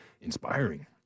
inspiring